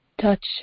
Touch